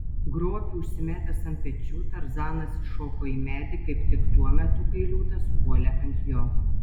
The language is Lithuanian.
grobį užsimetęs ant pečių tarzanas įšoko į medį kaip tik tuo metu kai liūtas puolė ant jo